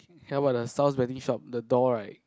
here about the staff waiting shop the door right